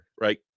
right